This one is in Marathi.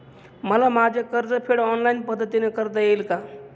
मला माझे कर्जफेड ऑनलाइन पद्धतीने करता येईल का?